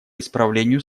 исправлению